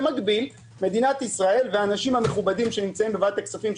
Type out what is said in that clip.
במקביל מדינת ישראל והאנשים המכובדים שנמצאים בוועדת הכספים,